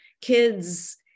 kids